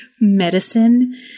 medicine